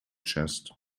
chest